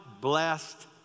blessed